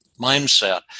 mindset